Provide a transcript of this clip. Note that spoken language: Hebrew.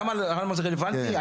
למה זה רלוונטי?